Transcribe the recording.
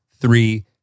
three